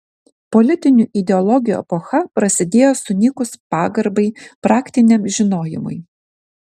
politinių ideologijų epocha prasidėjo sunykus pagarbai praktiniam žinojimui